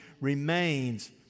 remains